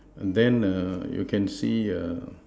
and then err you can see err